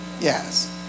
yes